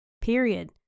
period